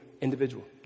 individual